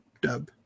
dub